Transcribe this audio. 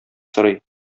сорый